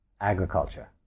agriculture